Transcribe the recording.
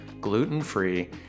gluten-free